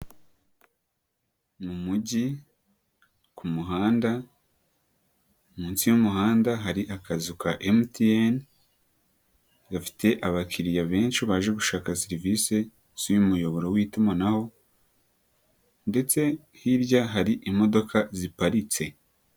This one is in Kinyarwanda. Mu mujyi kumuhanda munsi y'umuhanda hari akazu ka MTN, gafite abakiriya benshi baje gushaka serivisi z'uyu muyoboro w'itumanaho, ndetse hirya hari imodoka ziparitse.